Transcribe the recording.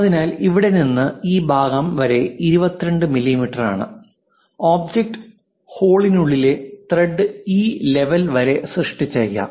അതിനാൽ ഇവിടെ നിന്ന് ഈ ഭാഗം വരെ 22 മില്ലീമീറ്ററാണ് ഒബ്ജക്റ്റ് ഹോളിനുള്ളിലെ ത്രെഡ് ഈ ലെവൽ വരെ സൃഷ്ടിച്ചേക്കാം